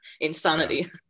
insanity